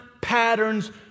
patterns